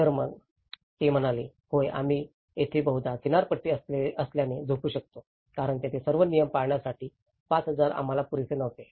तर मग ते म्हणाले होय आम्ही येथे बहुधा किनारपट्टी असल्याने झोपू शकतो कारण तिथे सर्व नियम पाळण्यासाठी 5000 आम्हाला पुरेसे नव्हते